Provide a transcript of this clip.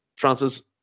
Francis